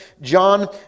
John